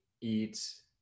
eats